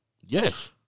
Yes